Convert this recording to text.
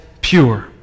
pure